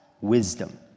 wisdom